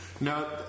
Now